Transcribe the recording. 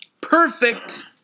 perfect